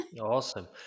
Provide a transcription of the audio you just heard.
Awesome